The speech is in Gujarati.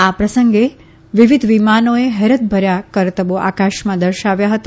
આ પ્રસંગે વિવિઘ વિમાનોએ હેરતભર્યા કરતબો આકાશમાં દર્શાવ્યા હતા